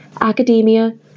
academia